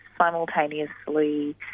simultaneously